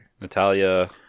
Natalia